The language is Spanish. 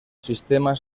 sistemas